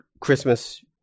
Christmas